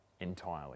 entirely